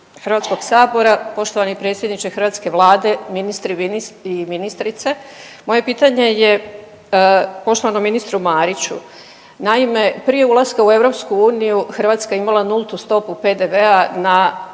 Hrvatskog sabora, poštovani predsjedniče hrvatske Vlade, ministri i ministrice moje pitanje je poštovanom ministru Mariću. Naime, prije ulaska u EU Hrvatska je imala nultu stopu PDV-a na sve